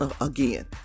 again